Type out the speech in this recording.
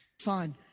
Fine